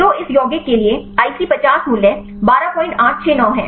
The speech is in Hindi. तो इस यौगिक के लिए आईसी 50 मूल्य 12869 है